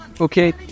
okay